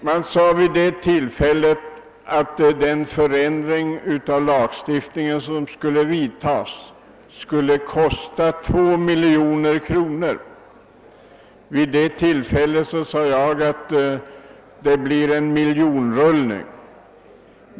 Man sade bl.a. att den förändring i lagen som föreslogs skulle komma att kosta 2 miljoner kronor. I ett anförande vid samma tillfälle påstod jag att det skulle komma att bli en miljonrullning.